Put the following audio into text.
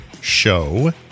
show